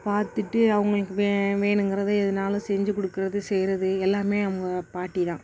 பார்த்துட்டு அவங்களுக்கு வே வேணுங்கிறது எதுனாலும் செஞ்சு கொடுக்குறது செய்கிறது எல்லாம் அவங்க பாட்டி தான்